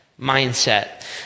mindset